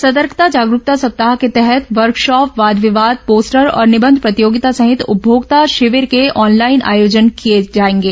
सतर्कता जागरूकता सप्ताह के तहत वर्कशॉप वाद विवाद पोस्टर और निबंध प्रतियोगिता सहित उपभोक्ता शिविर ऑनलाइन आयोजित किए जाएंगे